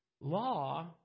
Law